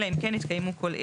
אלא אם כן התקיימו כל אלה: